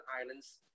Islands